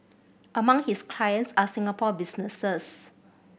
among his clients are Singapore businesses